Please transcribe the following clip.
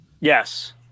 yes